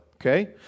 Okay